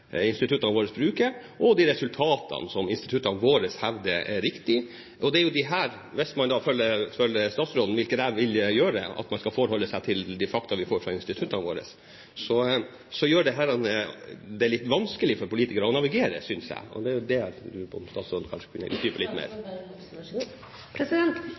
instituttene våre bruker, og til de resultatene som instituttene våre hevder er riktige. Det er jo dette – hvis man da følger statsråden, hvilket jeg vil gjøre, at man skal forholde seg til de fakta vi får fra instituttene våre – som gjør det litt vanskelig for politikerne å navigere, synes jeg. Det er det jeg lurer på om statsråden kanskje kunne utdype litt